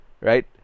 right